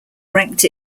ranked